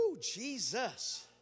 Jesus